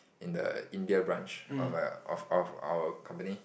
in the India branch of a of of of our company